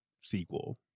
sequel